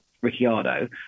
Ricciardo